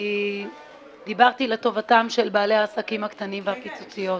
כי דיברתי לטובתם של בעלי העסקים הקטנים והפיצוציות.